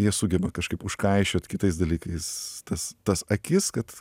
jie sugeba kažkaip užkaišiot kitais dalykais tas tas akis kad